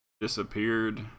disappeared